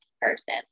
person